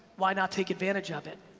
why not take advantage of it?